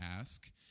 ask